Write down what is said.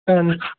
اَہَنہٕ